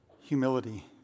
humility